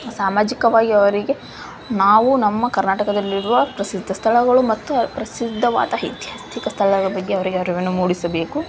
ಸಾಮಾಜಿಕವಾಗಿ ಅವರಿಗೆ ನಾವು ನಮ್ಮ ಕರ್ನಾಟಕದಲ್ಲಿರುವ ಪ್ರಸಿದ್ಧ ಸ್ಥಳಗಳು ಮತ್ತು ಪ್ರಸಿದ್ಧವಾದ ಐತಿಹಾಸಿಕ ಸ್ಥಳಗಳ ಬಗ್ಗೆ ಅವರಿಗೆ ಅರಿವನ್ನು ಮೂಡಿಸಬೇಕು